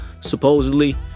supposedly